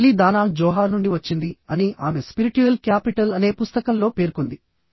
ఇది మళ్ళీ Danah Zohar నుండి వచ్చింది అని ఆమె స్పిరిట్యుయల్ క్యాపిటల్ అనే పుస్తకంలో పేర్కొంది